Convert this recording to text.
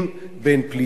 בין פליטים,